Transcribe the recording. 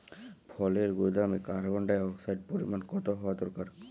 ফলের গুদামে কার্বন ডাই অক্সাইডের পরিমাণ কত হওয়া দরকার?